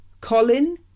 colin